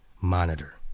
Monitor